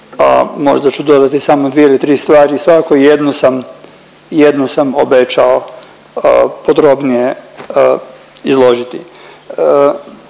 možda ću dodati samo dvije ili tri stvari. Svakako jednu sam obećao podrobnije izložiti.